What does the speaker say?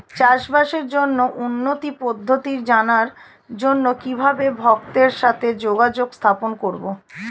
চাষবাসের জন্য উন্নতি পদ্ধতি জানার জন্য কিভাবে ভক্তের সাথে যোগাযোগ স্থাপন করব?